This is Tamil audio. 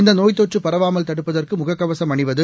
இந்த நோய் தொற்று பரவாமல் தடுப்பதற்கு முகக் கவசம் அணிவது